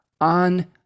on